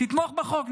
תתמוך בחוק.